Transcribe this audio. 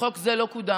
וחוק זה לא קודם.